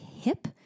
hip